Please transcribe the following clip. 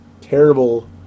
terrible